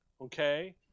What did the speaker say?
okay